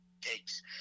takes